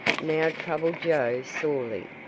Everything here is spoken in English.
now troubled joe sorely.